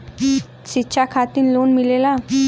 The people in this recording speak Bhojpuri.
शिक्षा खातिन लोन मिलेला?